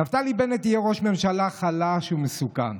"נפתלי בנט יהיה ראש ממשלה חלש ומסוכן.